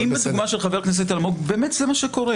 אם בדוגמה של חבר הכנסת אלמוג באמת זה מה שקורה